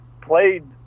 played